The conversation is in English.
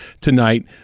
tonight